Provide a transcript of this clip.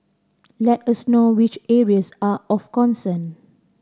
let us know which areas are of concern